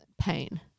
pain